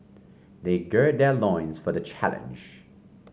they gird their loins for the challenge